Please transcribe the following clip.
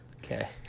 Okay